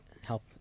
help